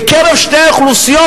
בקרב שתי האוכלוסיות,